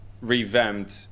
revamped